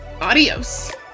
adios